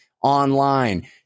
online